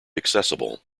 accessible